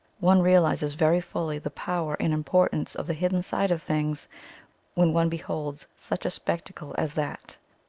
one realizes very fully the power and impor tance of the hidden side of things when one beholds such a spectacle as that.